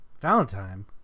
Valentine